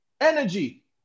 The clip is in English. energy